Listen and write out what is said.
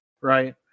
Right